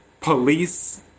Police